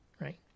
right